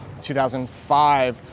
2005